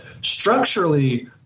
structurally